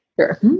Sure